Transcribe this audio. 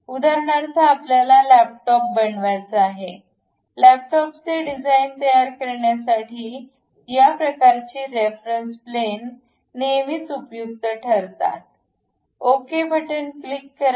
उदाहरणार्थ आपल्याला लॅपटॉप बनवायचा आहे लॅपटॉपसे डिझाईन तयार करण्यासाठी या प्रकारची रेफरन्स प्लॅन नेहमीच उपयुक्त ठरतात ओके क्लिक करा